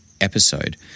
Episode